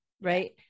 right